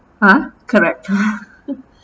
!huh! correct